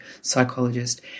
psychologist